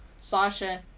Sasha